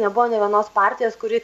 nebuvo nė vienos partijos kuri